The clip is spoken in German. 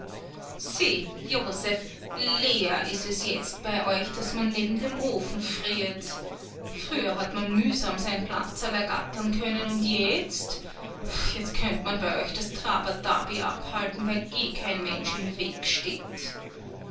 josef leer ist es jetzt bei euch daß man neben dem ofen friert früher hat man mühsam sein platzerl ergattern können und jetzt jetzt könnt man bei euch das traberderby abhalten weil eh kein mensch im weg steht